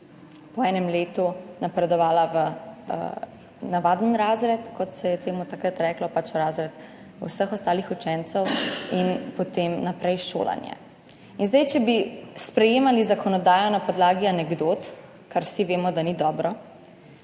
po enem letu napredovala v navaden razred, kot se je temu takrat reklo, pač razred vseh ostalih učencev in potem naprej s šolanjem. In zdaj, če bi sprejemali zakonodajo na podlagi anekdot, kar vsi vemo, da ni dobro,